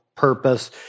Purpose